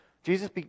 Jesus